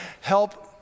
help